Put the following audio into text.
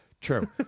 True